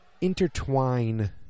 intertwine